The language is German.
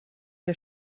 der